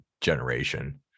generation